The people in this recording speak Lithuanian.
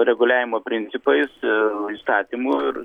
reguliavimo principais a įstatymu ir